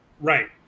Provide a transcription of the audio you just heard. Right